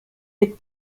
mit